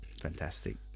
fantastic